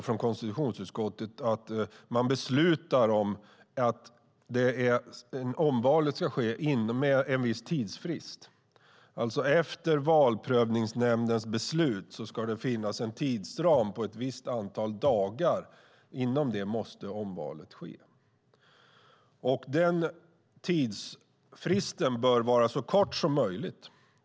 Från konstitutionsutskottet skulle vi vilja att man beslutar att omvalet ska ske inom en viss tidsfrist. Efter Valprövningsnämndens beslut ska det finnas en tidsram på ett visst antal dagar inom vilken omvalet måste ske. Denna tidsfrist bör vara så kort som möjligt.